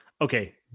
okay